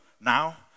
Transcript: now